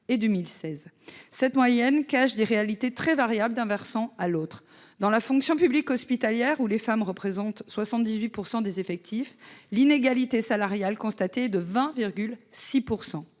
et 2016, et cette moyenne cache des réalités très variables d'un versant à un autre : dans la fonction publique hospitalière, où les femmes représentent 78 % des effectifs, l'inégalité salariale constatée est de 20,6